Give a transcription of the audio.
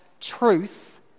truth